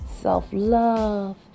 self-love